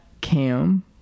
Cam